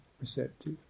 receptive